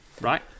Right